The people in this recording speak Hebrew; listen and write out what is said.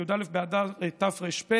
בי"א באדר תר"ף,